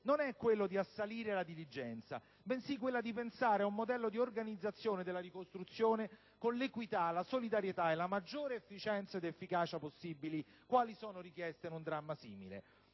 né quella di "assalire la diligenza", bensì di pensare ad un modello di organizzazione della ricostruzione con l'equità, la solidarietà e la maggior efficienza ed efficacia possibili, quali sono richieste in un dramma simile.